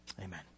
Amen